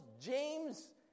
James